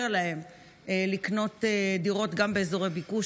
להם לקנות דירות גם באזורי ביקוש,